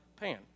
Pan